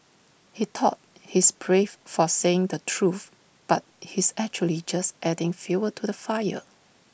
he thought he's brave for saying the truth but he's actually just adding fuel to the fire